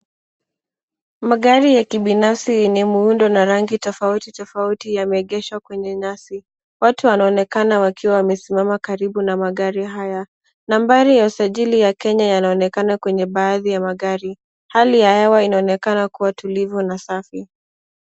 Magari ya kibinafsi yenye muundo na rangi tofauti tofauti yameegeshwa kwenye nyasi. Watu wanaonekana wakiwa wamesimama karibu na magari haya. Nambari ya usajili ya Kenya yanaonekana kwenye baadhi ya magari. Hali ya hewa inaonekana kuwa tulivu na safi.